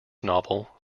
novel